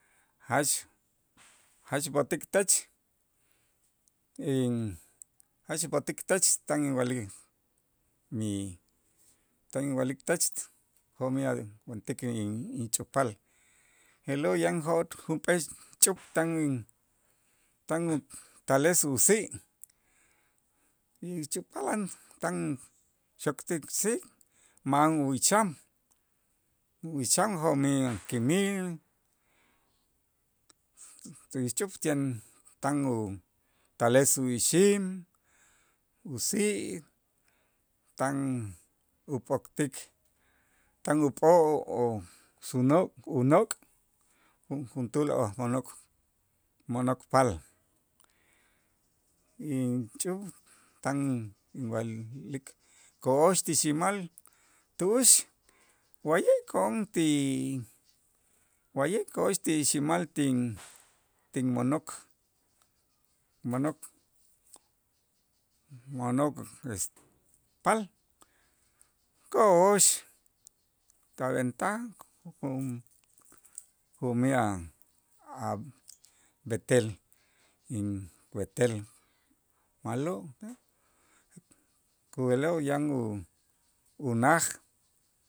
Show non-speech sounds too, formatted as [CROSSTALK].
Jach b'o'tik tech in jach b'o'tik tech tan inwa'lik mi tan inwa'lik tech jo'mij a' wentik in- inch'upaal je'lo' yan [UNINTELLIGIBLE] junp'ee ch'up tan in tan u- utales usi' y ixch'upaal tan xokt'ik si', ma'an uyicham yicham jo'mij kimij ixch'up [UNINTELLIGIBLE] tan utales ixim, usi', tan upoktik, tan up'o' suno' unok' ju- juntuul a' mo'nok- mo'nokpaal inch'up tan in- inwa'lik ko'ox ti xi'mal tu'ux, wa'ye' ko'on ti wa'ye' ko'ox ti xi'mal tin- tinmo'nok mo'nok- mo'nok es paal, ko'ox tab'entaj jo'-jo'mij a'-a' b'etel inwetel ma'lo' [HESITATION] kub'eloo' yan u- unaj.